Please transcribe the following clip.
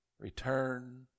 Return